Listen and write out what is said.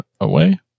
away